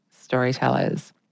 storytellers